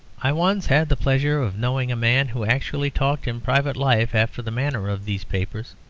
i once had the pleasure of knowing a man who actually talked in private life after the manner of these papers.